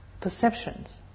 perceptions